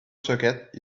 socket